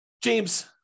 James